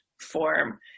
form